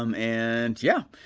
um and yeah,